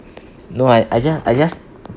no I I just I just